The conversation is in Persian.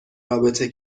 رابطه